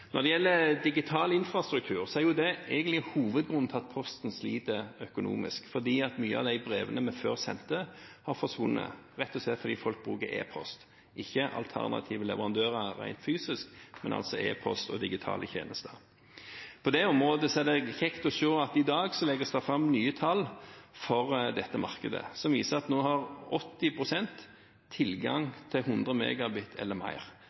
Når det gjelder digital infrastruktur, er jo det egentlig hovedgrunnen til at Posten sliter økonomisk, for mye av den brevmengden vi før sendte, har forsvunnet, rett og slett fordi folk bruker e-post, ikke alternative leverandører rent fysisk, men altså e-post og digitale tjenester. På det området er det kjekt å se at i dag legges det fram nye tall for dette markedet som viser at nå har 80 pst. tilgang til 100 MB eller mer.